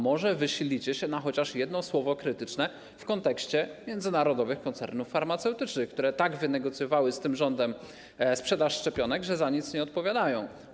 Może wysilcie się na chociaż jedno słowo krytyczne w kontekście międzynarodowych koncernów farmaceutycznych, które tak wynegocjowały z tym rządem sprzedaż szczepionek, że za nic nie odpowiadają.